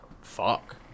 fuck